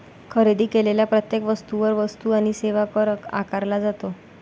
खरेदी केलेल्या प्रत्येक वस्तूवर वस्तू आणि सेवा कर आकारला जातो